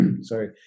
sorry